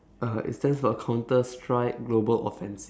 uh it stands for counter strike global offensive